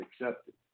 accepted